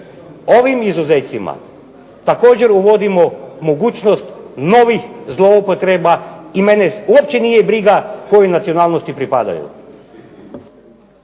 Ovim izuzecima također uvodimo mogućnost novih zloupotreba i mene uopće nije briga kojoj nacionalnosti pripadaju.